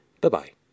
Bye-bye